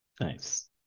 Nice